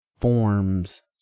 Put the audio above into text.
forms